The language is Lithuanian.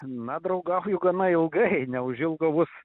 na draugauju gana ilgai neužilgo bus